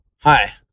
Hi